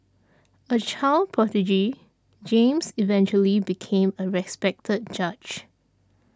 a child prodigy James eventually became a respected judge